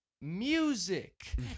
music